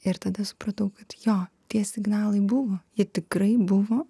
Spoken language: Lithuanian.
ir tada supratau kad jo tie signalai buvo jie tikrai buvo